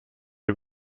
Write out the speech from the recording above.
dem